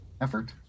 effort